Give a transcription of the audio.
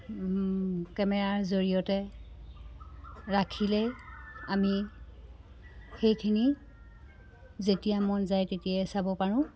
কেমেৰাৰ জৰিয়তে ৰাখিলেই আমি সেইখিনি যেতিয়া মন যায় তেতিয়াই চাব পাৰোঁ